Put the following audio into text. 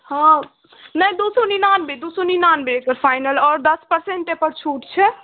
हॅं नहि दू सए निनाबे दू सए निनाबे फाइनल आओर दस परसेन्ट एहि पर छूट छै